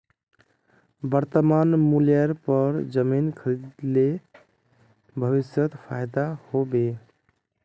वर्तमान मूल्येर पर जमीन खरीद ले ते भविष्यत फायदा हो बे